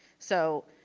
so,